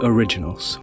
Originals